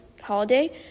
holiday